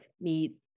meet